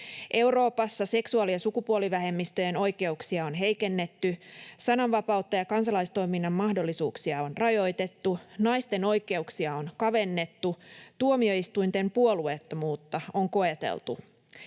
Euroopassa seksuaali- ja sukupuolivähemmistöjen oikeuksia on heikennetty, sananvapautta ja kansalaistoiminnan mahdollisuuksia on rajoitettu, naisten oikeuksia on kavennettu, tuomioistuinten puolueettomuutta on koeteltu.